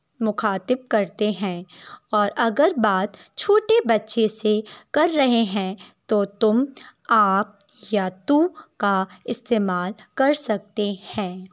مخاطب کرتے ہیں اور اگر بات چھوٹے بچے سے کر رہے ہیں تو تم آپ یا تو کا استعمال کر سکتے ہیں